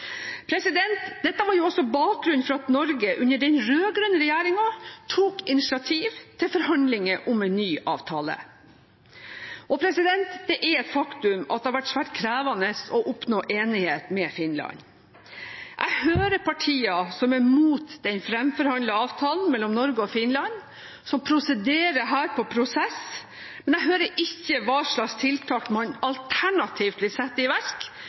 Dette var også bakgrunnen for at Norge under den rød-grønne regjeringen tok initiativ til forhandlinger om en ny avtale. Det er et faktum at det har vært svært krevende å oppnå enighet med Finland. Jeg hører partier som er imot den framforhandlede avtalen mellom Norge og Finland, og som prosederer her på prosess, men jeg hører ikke hva slags tiltak man alternativt vil sette i verk